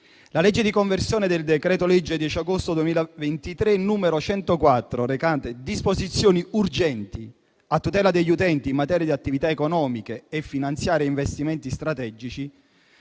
la legge di conversione del decreto-legge 10 agosto 2023, n. 104, recante disposizioni urgenti a tutela degli utenti in materia di attività economiche e finanziarie e investimenti strategici,